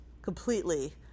completely